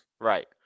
Right